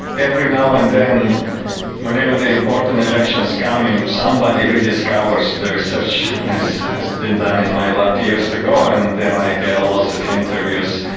every now and then whenever the important and elections come, somebody rediscovers the research has been done in my lab years ago, and then i get lots of interviews,